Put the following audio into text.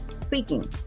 speaking